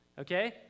Okay